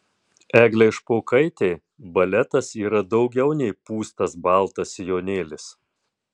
eglei špokaitei baletas yra daugiau nei pūstas baltas sijonėlis